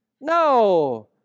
No